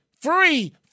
free